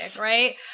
right